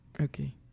okay